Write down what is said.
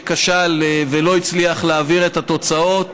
שכשל ולא הצליח להעביר את התוצאות,